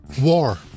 War